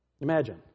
Imagine